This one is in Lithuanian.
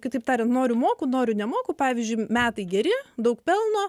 kitaip tariant noriu moku noriu nemoku pavyzdžiui metai geri daug pelno